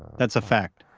that's a fact.